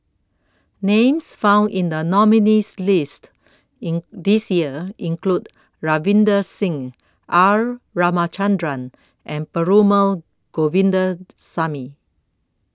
Names found in The nominees' list in This Year include Ravinder Singh R Ramachandran and Perumal Govindaswamy